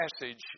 passage